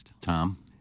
Tom